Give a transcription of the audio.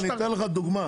אני אתן לך דוגמה.